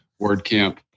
WordCamp